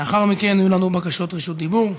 לאחר מכן יהיו לנו בקשות רשות דיבור.